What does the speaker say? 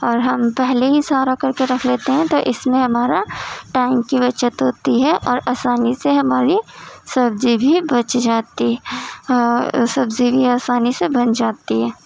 اور ہم پہلے ہی سارا کر کے رکھ لیتے ہیں تو اس میں ہمارا ٹائم کی بچت ہوتی ہے اور آسانی سے ہماری سبزی بھی بچ جاتی سبزی بھی آسانی سے بن جاتی ہے